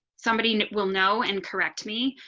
somebody will know, and correct me.